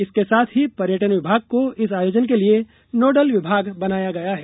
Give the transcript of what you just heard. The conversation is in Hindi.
इसके साथ ही पर्यटन विभाग को इस आयोजन के लिये नोडल विभाग बनाया गया है